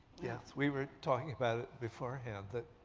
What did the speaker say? yes. we were talking about it beforehand, that